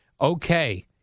okay